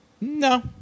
No